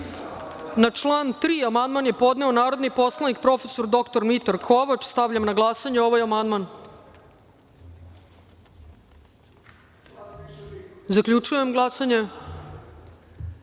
član 3. amandman je podneo narodni poslanik prof. dr Mitar Kovač. Stavljam na glasanje ovaj amandman. Zaključujem glasanje: